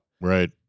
Right